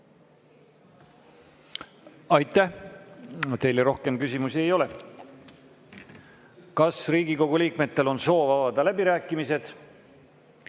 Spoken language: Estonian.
Aitäh! Teile rohkem küsimusi ei ole. Kas Riigikogu liikmetel on soov avada läbirääkimised?